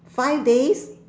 five days